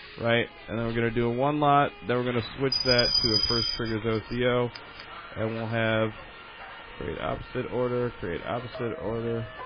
and then we're going to do a one lot, then we're going to switch that to a first triggers oco. and we'll have create opposite order, create opposite order.